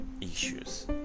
issues